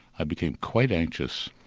i became quite anxious.